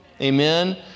Amen